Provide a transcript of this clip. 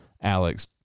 Alex